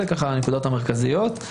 אלה הנקודות המרכזיות.